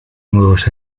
nuevos